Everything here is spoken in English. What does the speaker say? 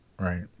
Right